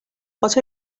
what